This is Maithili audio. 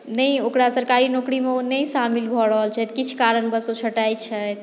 नहि ओकरा सरकारी नोकरीमे ओ नहि शामिल भऽ रहल छथि किछु कारणवश ओ छँटाइत छथि